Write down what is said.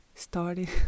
started